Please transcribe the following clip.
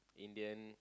Indian